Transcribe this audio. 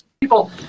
People